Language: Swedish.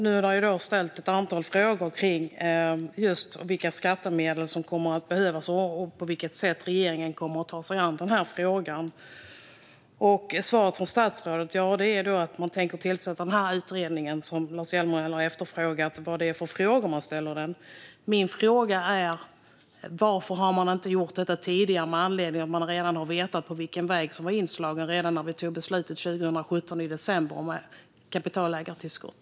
Det har nu ställts ett antal frågor kring vilka skattemedel som kommer att behövas och på vilket sätt regeringen kommer att ta sig an den här frågan. Svaret från statsrådet är att man tänker tillsätta en utredning, och Lars Hjälmered har efterfrågat vad det är för frågor man ska ställa till den. Min fråga är: Varför gjorde man inte detta tidigare med anledning av att man visste vilken väg som var inslagen redan när vi tog beslutet i december 2017 om kapitalägartillskott?